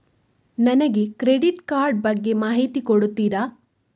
ನನಗೆ credit card ಬಗ್ಗೆ ಮಾಹಿತಿ ಕೊಡುತ್ತೀರಾ?